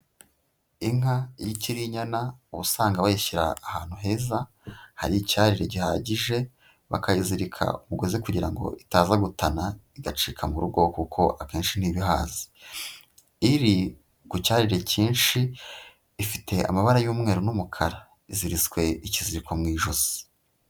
Inka iyo ikiri inyana uba usanga bayishyira ahantu heza hari icyari gihagije, bakayizirika umugozi kugira ngo itaza gutana igacika mu rugo, kuko akenshi ntiba ihaze. Iri ku cyarire cyinshi, ifite amabara y'umweru n'umukara, iziritswe ikiziko mu ijosi.